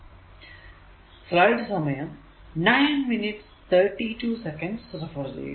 ഇത് നോക്കുക